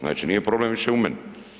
Znači, nije problem više u meni.